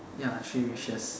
ya three wishes